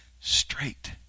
straight